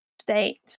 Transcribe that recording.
state